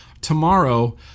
Tomorrow